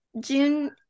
June –